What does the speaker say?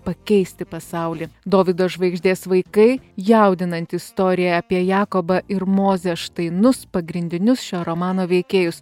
pakeisti pasaulį dovydo žvaigždės vaikai jaudinanti istorija apie jakobą ir mozę štainus pagrindinius šio romano veikėjus